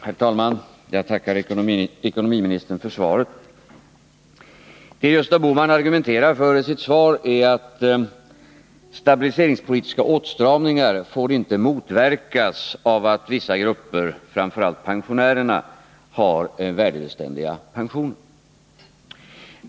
Herr talman! Jag tackar ekonomiministern för svaret. Det som Gösta Bohman argumenterar för i sitt svar är att stabiliseringspolitiska åtstramningar inte får motverkas av att vissa grupper, framför allt pensionärerna, har värdebeständiga pensioner.